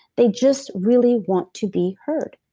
they just really want to be heard.